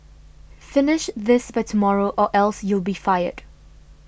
finish this by tomorrow or else you'll be fired